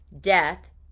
death